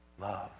love